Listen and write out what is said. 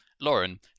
Lauren